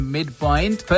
Midpoint